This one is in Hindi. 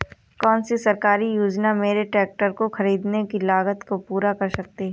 कौन सी सरकारी योजना मेरे ट्रैक्टर को ख़रीदने की लागत को पूरा कर सकती है?